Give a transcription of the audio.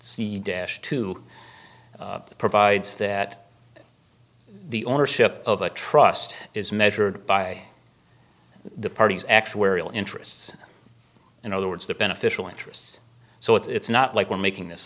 the dash to the provides that the ownership of a trust is measured by the parties actuarial interests in other words the beneficial interests so it's not like we're making this